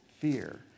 fear